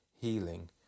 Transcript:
healing